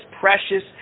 precious